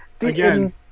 Again